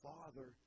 Father